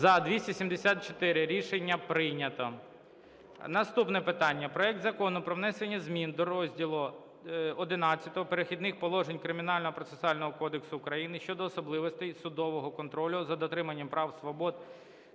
За-274 Рішення прийнято. Наступне питання – проект Закону про внесення змін до розділу XI "Перехідних положень" Кримінального процесуального кодексу України щодо особливостей судового контролю за дотриманням прав, свобод